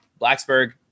Blacksburg